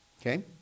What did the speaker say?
okay